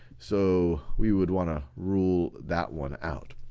so we would wanna rule that one out.